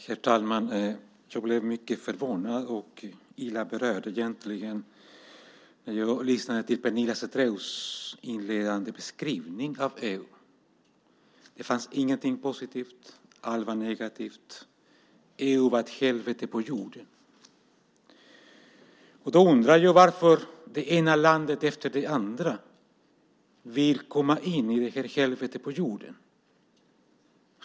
Herr talman! Jag blev mycket förvånad och illa berörd när jag lyssnade till Pernilla Zethraeus inledande beskrivning av EU. Det fanns ingenting positivt. Allt var negativt. EU var ett helvete på jorden. Jag undrar då varför det ena landet efter det andra vill komma in i det här helvetet på jorden.